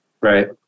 Right